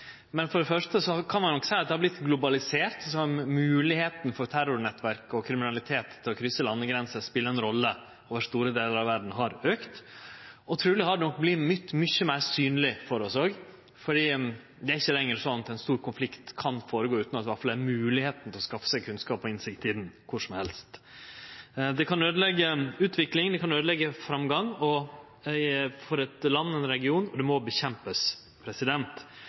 men for det første kan ein nok seie at det har vorte globalisert, at moglegheita for terrornettverk og kriminelle til å krysse landegrensene og spele ei rolle over store delar av verda har auka. Og truleg har det nok vorte mykje meir synleg for oss også, for det er ikkje lenger slik at ein stor konflikt kan føregå utan at det er mogleg å skaffe seg kunnskap og innsikt i han kvar som helst. Det kan øydeleggje utvikling og framgang for land og for regionar, og det må det kjempast mot. Det